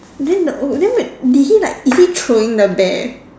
then the oh then like did he like is he throwing the bear